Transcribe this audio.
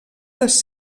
les